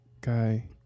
guy